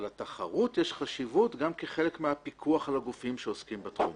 אבל לתחרות יש חשיבות גם כחלק מהפיקוח על הגופים שעוסקים בתחום.